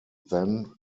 then